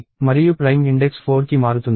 మరియు prime index 4కి మారుతుంది